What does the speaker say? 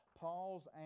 Paul's